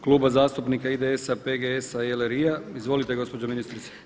Kluba zastupnika IDS-a, PGS-a i LRI-a izvolite gospođo ministrice.